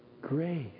grace